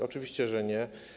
Oczywiście, że nie.